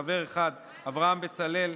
חבר אחד: אברהם בצלאל,